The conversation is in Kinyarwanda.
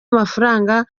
amafaranga